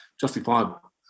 justifiable